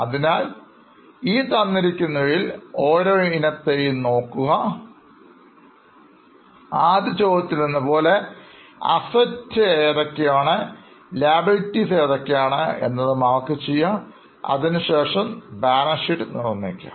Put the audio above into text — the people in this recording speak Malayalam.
അതിനാൽ ഈ തന്നിരിക്കുന്നവയിൽ ഓരോ ഇന്നത്തെയും നോക്കുക ആദ്യ ചോദ്യത്തിൽ എന്നപോലെ Assets Liabilities ഏതൊക്കെയാണെന്ന് എന്ന് അടയാളപ്പെടുത്തുക അതിനുശേഷം ബാലൻസ് ഷീറ്റ് തയ്യാറാക്കാം